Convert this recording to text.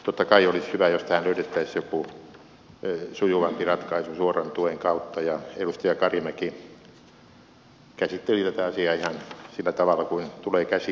totta kai olisi hyvä jos tähän löydettäisiin joku sujuvampi ratkaisu suoran tuen kautta ja edustaja karimäki käsitteli tätä asiaa ihan sillä tavalla kuin tulee käsitelläkin